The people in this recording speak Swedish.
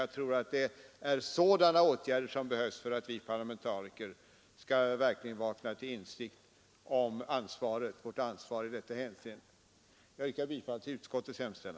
Jag tror att det är sådana åtgärder som behövs för att vi parlamentariker skall vakna till insikt om vårt ansvar i detta hänseende. Herr talman! Jag ber att få yrka bifall till utskottets hemställan.